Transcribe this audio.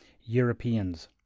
Europeans